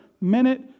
minute